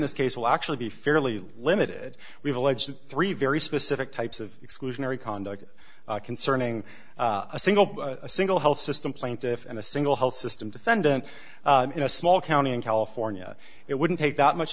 this case will actually fairly limited we've alleged three very specific types of exclusionary conduct concerning a single a single health system plaintiff and a single health system defendant in a small county in california it wouldn't take that much